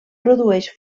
produeix